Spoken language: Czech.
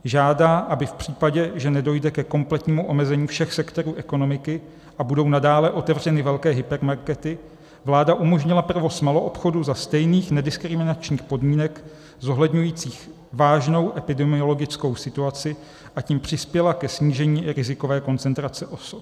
Žádá, aby v případě, že nedojde ke kompletnímu omezení všech sektorů ekonomiky a budou nadále otevřeny velké hypermarkety, vláda umožnila provoz maloobchodu za stejných nediskriminačních podmínek zohledňujících vážnou epidemiologickou situaci, a tím přispěla ke snížení rizikové koncentrace osob.